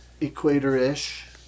equator-ish